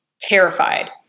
terrified